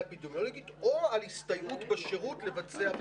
אפידמיולוגית או על הסתייגות בשירות לבצע ---.